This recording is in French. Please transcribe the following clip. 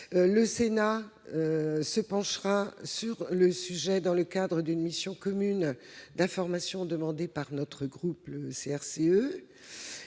Le Sénat se penchera sur le sujet dans le cadre d'une mission commune d'information demandée par notre groupe. Il faut